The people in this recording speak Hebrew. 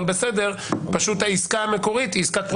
פשוט העסקה המקורית היא עסקת פרוטקשן.